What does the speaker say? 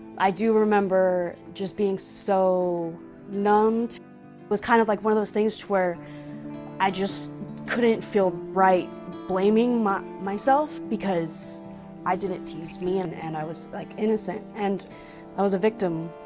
i do remember just being so numbed. it was kind of like one of those things where i just couldn't feel right blaming myself, because i didn't tease me, and and i was like innocent, and i was a victim.